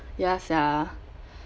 ya sia